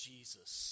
Jesus